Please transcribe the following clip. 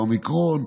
באומיקרון,